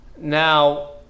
Now